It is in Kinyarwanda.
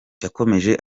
yakomeje